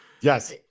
Yes